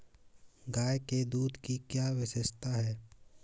गाय के दूध की क्या विशेषता है?